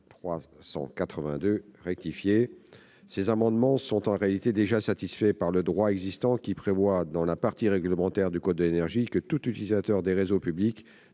377 rectifié ? Ces amendements sont déjà satisfaits par le droit existant, qui prévoit, dans la partie réglementaire du code de l'énergie, que tout utilisateur des réseaux publics